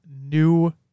new